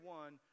one